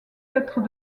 être